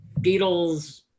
Beatles